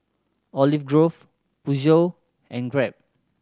Olive Grove Peugeot and Grab